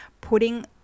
putting